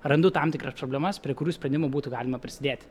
randu tam tikras problemas prie kurių sprendimų būtų galima prisidėti